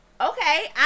Okay